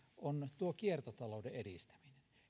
on kiertotalouden edistäminen